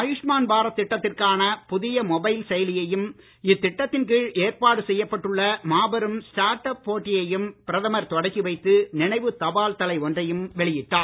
ஆயூஷ்மான் பாரத் திட்டத்திற்கான புதிய மொபைல் செயலியையும் இத்திட்டத்தின் கீழ் ஏற்பாடு செய்யப்பட்டுள்ள மாபெரும் ஸ்டார்ட் அப் போட்டியையும் பிரதமர் தொடக்கி வைத்து நினைவு தபால் தலை ஒன்றையும் வெளியிட்டார்